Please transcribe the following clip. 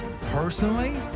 Personally